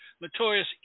Notorious